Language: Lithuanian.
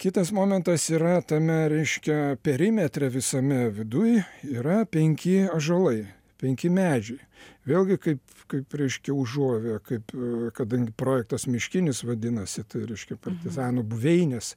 kitas momentas yra tame reiškia perimetre visame viduj yra penki ąžuolai penki medžiai vėlgi kaip kaip reiškia užuovėja kaip kadangi projektas miškinis vadinasi tai reiškia partizanų buveinės